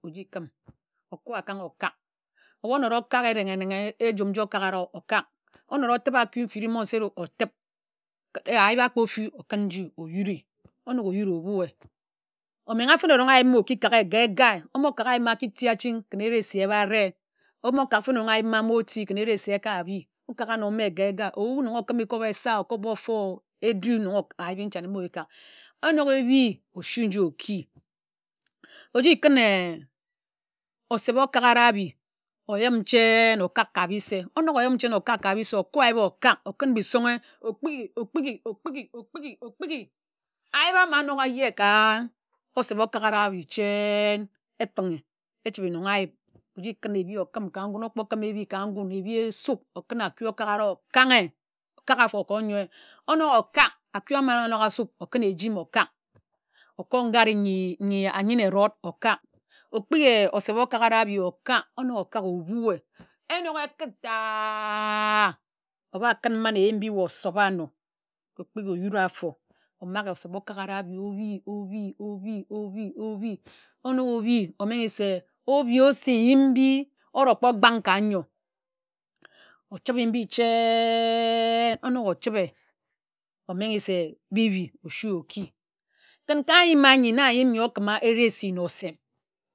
Óko akań okák onók okák enén enénghe ejum nji okakara okāk onōd otib akū mfiri mba osere otib ayip akpō fi okūn nji ōyuri onōk oyuri obue amengha fene erong ayip ma oki kaka ye ka egae ómo kak ayip ma aki ti achiń ken eresi éba reńg ōmo kak fene ayip āmo ti ken eresi eka bi okak gha áno mme ka ega ebu onōk okim cup esa o cup ófor edu nnon ayip bi nchane na oki kak enók ebi oshui nji oki oji kún eh oseb okakara abi óyim chén en okak ka bi'se onók oyim cheń okak ka bi'se oko ayip okák okún isonghe ókpighi okpighi okpighi okpighi okpighi ayip áma anók áye ka oseb okakara abi chen. efinghe echibe nnon ayip akún ébi ōkim ka ngun ókpo kim ebi ka ngún ébi esup okūn akú okakara okánghe okāk áfo ka ōnyoe onōk okāk akú ama anok ēsup okún ejim okák óko nkare n̄yi ányine erōd okak ōkpighi oseb okakara abi okak onók okāk ōbui ye enōk ekit tah. óba kún man ébim weh ósobe áno ōkpighi oyuri āfo ōmaghe oseb okakara ábi óbi ōbi óbi óbi ōbi onok obi omenghe se osi yim mbi orōkpo kpań ka ńyor ochibe mbi chen onók ochibe omenghe se bi îbi oshue oki kin ka nyim ányi ye okimá eresi na oseb.